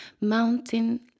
mountain